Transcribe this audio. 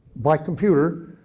by computer,